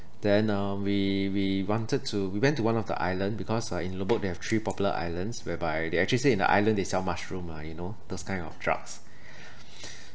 then uh we we wanted to we went to one of the island because uh in lombok they have three popular islands whereby they actually say in the island they sell mushroom ah you know those kind of drugs